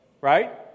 Right